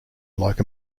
like